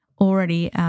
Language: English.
already